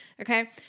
Okay